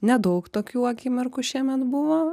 nedaug tokių akimirkų šiemet buvo